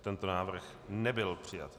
Tento návrh nebyl přijat.